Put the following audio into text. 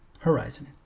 Horizon